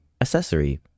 accessory